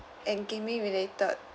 and gaming-related